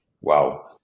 wow